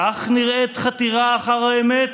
כך נראית חתירה אחר האמת?